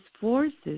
forces